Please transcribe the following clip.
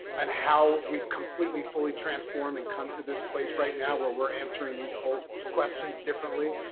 and how we've completely, fully transformed and come to this place right now where we're answering these polls questions differently.